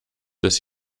des